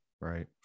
right